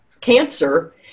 cancer